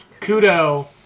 Kudo